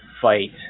fight